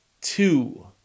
two